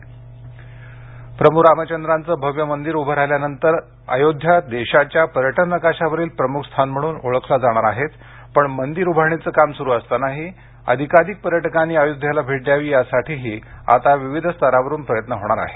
रामपर्यटन प्रभू रामचंद्रांचं भव्य मंदिर उभं राहिल्यानंतर तर अयोध्या देशाच्या पर्यटन नकाशावरील प्रमुख स्थान म्हणून ओळखलं जाणार आहेच पण मंदिर उभारणीचं काम सुरु असतानाही जास्तीत जास्त पर्यटकांनी अयोध्येला भेट द्यावी यासाठीही आता विविध स्तरावरून प्रयत्न होणार आहेत